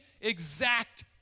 exact